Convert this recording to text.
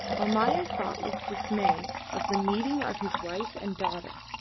almayer thought with dismay of the meeting of his wife and daughter,